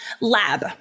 Lab